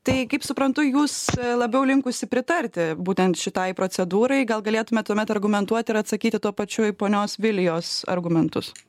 tai kaip suprantu jūs labiau linkusi pritarti būtent šitai procedūrai gal galėtumėt tuomet argumentuoti ir atsakyti tuo pačiu į ponios vilijos argumentus